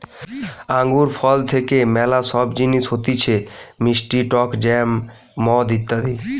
আঙ্গুর ফল থেকে ম্যালা সব জিনিস হতিছে মিষ্টি টক জ্যাম, মদ ইত্যাদি